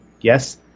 Yes